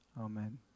Amen